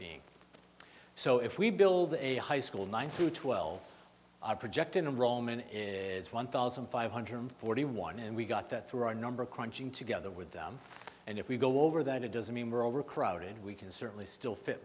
being so if we build a high school nine through twelve our project in a roman is one thousand five hundred forty one and we got that through a number crunching together with them and if we go over that it doesn't mean we're overcrowded we can certainly still fit